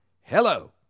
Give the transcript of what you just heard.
Hello